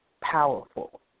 powerful